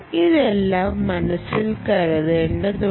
ഇതെല്ലാം മനസ്സിൽ കരുതേണ്ടതുണ്ട്